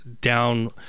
down